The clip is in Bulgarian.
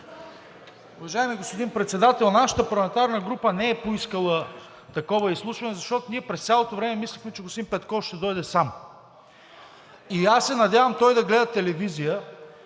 Уважаеми господин Председател! Нашата парламентарна група не е поискала такова изслушване, защото ние през цялото време мислехме, че господин Петков ще дойде сам. И аз се надявам той да гледа телевизия.